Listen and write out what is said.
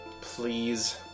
Please